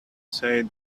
say